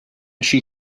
she